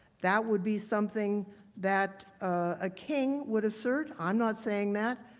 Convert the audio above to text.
that would be something that a king would assert. i'm not saying that,